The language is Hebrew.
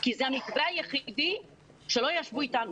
כי זה המתווה היחיד שלגביו לא ישבו איתנו,